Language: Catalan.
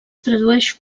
tradueix